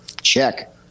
check